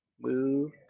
Move